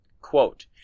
Quote